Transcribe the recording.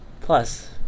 plus